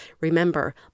Remember